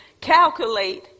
calculate